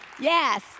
Yes